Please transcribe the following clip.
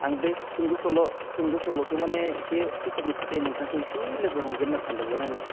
आं बे सुंद' सल'खौ माने इसे फोसाबनो थाखाय नोंथांखौ इसे लोगो हमगोन होनना सानदोंमोन आङो